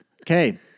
Okay